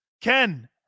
Ken